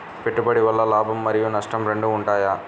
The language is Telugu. పెట్టుబడి వల్ల లాభం మరియు నష్టం రెండు ఉంటాయా?